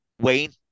Wayne